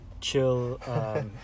chill